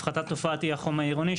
הפחתת תופעת אי החום העירוני,